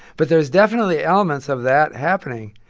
but there's definitely elements of that happening,